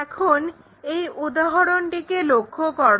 এখন এই উদাহরণটিকে লক্ষ্য করো